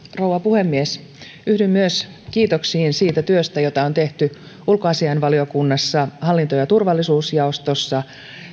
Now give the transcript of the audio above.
rouva puhemies yhdyn myös kiitoksiin siitä työstä jota on tehty ulkoasiainvaliokunnassa hallinto ja turvallisuusjaostossa